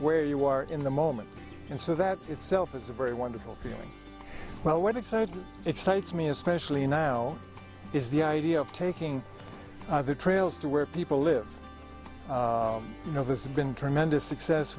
where you are in the moment and so that itself is a very wonderful feeling well what excited excites me especially now is the idea of taking the trails to where people live you know this has been tremendous success